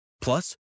Plus